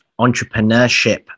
entrepreneurship